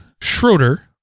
Schroeder